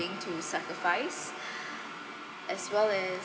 to sacrifice as well as